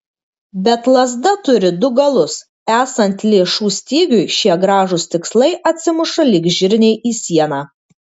bet lazda turi du galus esant lėšų stygiui šie gražūs tikslai atsimuša lyg žirniai į sieną